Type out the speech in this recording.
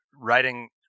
writing